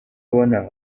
abona